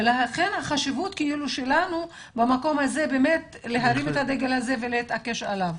ולכן החשיבות שלנו במקום הזה להרים את הדגל הזה ולהתעקש עליו.